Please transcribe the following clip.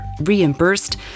reimbursed